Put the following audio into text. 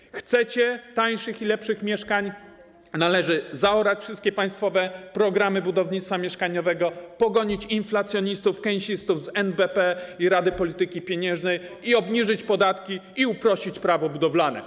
Jeśli chcecie tańszych i lepszych mieszkań, to należy zaorać wszystkie państwowe programy budownictwa mieszkaniowego, pogonić inflacjonistów, keynesistów z NBP i Rady Polityki Pieniężnej, obniżyć podatki i uprościć Prawo budowalne.